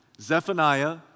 Zephaniah